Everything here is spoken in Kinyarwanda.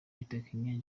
witakenge